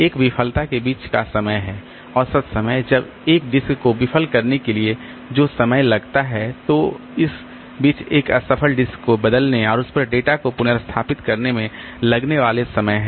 एक विफलता के बीच का समय है औसत समय जब एक डिस्क को विफल करने के लिए जो समय लगता है तो इस बीच एक असफल डिस्क को बदलने और उस पर डेटा को पुनर्स्थापित करने में लगने वाले समय है